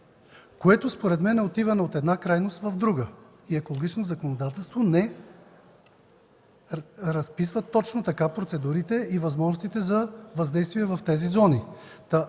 това според мен отиваме от една крайност в друга. Екологичното законодателство не разписва точно така процедурите и възможностите за въздействие в тези зони.